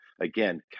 again